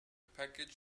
package